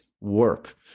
work